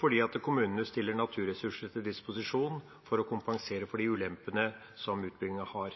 fordi kommunene stiller naturressurser til disposisjon, for å kompensere for de ulempene som utbyggingen har.